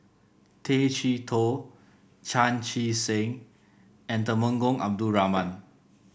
Tay Chee Toh Chan Chee Seng and Temenggong Abdul Rahman